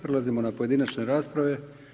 Prelazimo na pojedinačne rasprave.